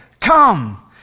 come